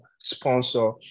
sponsor